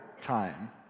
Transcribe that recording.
time